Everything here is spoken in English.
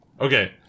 Okay